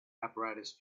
apparatus